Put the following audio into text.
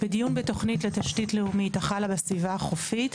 "בדיון בתוכנית לתשתית לאומית החלה בסביבה החופית,